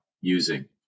using